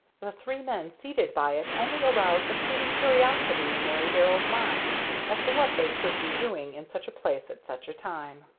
the three men seated by it only aroused a fleeting curiosity in mary darrell's mind as to what they could be doing in such a place at such a time.